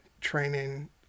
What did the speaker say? training